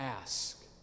ask